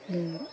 ಹ್ಞೂ